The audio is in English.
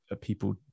people